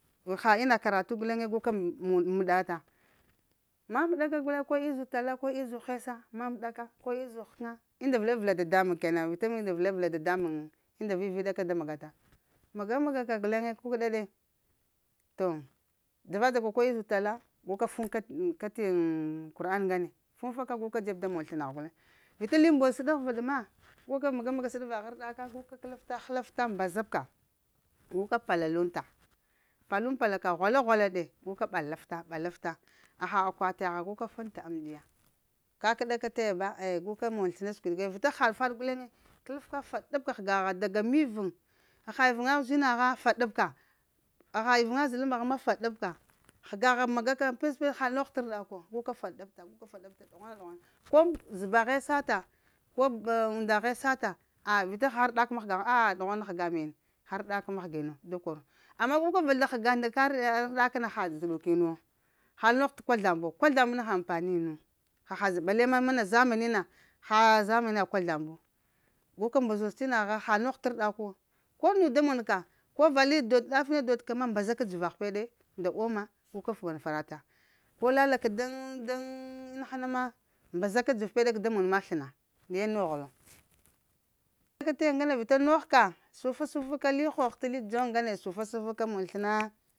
Ba ha ina karatu guleŋe guka m'ɗata maməɗa ka guleŋe, ko izubu tala ko izubu hesa maməɗa ka ko izubu həkəna umla vəlaɗavəla dadamuŋ kena vita vde velaɗa vəla dadamuŋ unda viviɗa ka da magata maga-maga guleŋ kukəɗa ɗe. To dzava dza ka ko izubu tala, guka timta kati ŋm qur'an ŋgane fufunka guka dzeb da mon slənagh guleŋ. vita la mboz səɗa ghvaɗ ma vita maga-maga səɗagh vagh arɗaka guka həlafta mbazabka guka pala lunta, palunpalaka ghwala ghwalaɗe, guka ɓalaffa ɓalaffa, pha akwatiyaha guka fəŋta amndiya, kakəɗa ka ta ya ba aya guka mon sləna səkwiɗ guleŋ vita ha faɗa guleŋ kəlefka faɗapka həgasha da ga miruŋ, haha ivuŋga uzinha faɗabka, pha ivuŋga zəɗalam mbagh ma faɗabka həga gha magak pes-pesa hal nogh t'rdala wo guka faɗabta, guka faɗabta ɗughwana ɗughwana. Ko zəbaghe sata, ko undaghe sata, a vita pha arɗak mahgagha a ɗughwana həga mene ha arɗaka mahginu da kor. Amma guka vəzla həgagh nda kariya arɗak na ha zəɗukin wo hal nogh t’ kwazlamb wo, kwazlamb na ha ampani yun wa. Haha zəb bale ma mana zamani na, ha zamaniya kwazlamb wu guka mbazoz tinagh hal nogh t'rɗaku ko nu da monka ko va li dod ɗafe da monka ma mbazəbka dzəvag peɗe nda oma guka farata, ko lalaka daŋ-daŋ inaha ma mbazaka dzer ped kəda mon mak sləna. Naye noghlo peɗa taya ŋgane vita noghka. Sufa-sufa ka hoh dzoŋ ŋgane, sufa-sufaka mon sləna